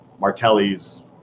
Martelli's